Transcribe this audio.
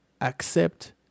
accept